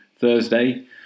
Thursday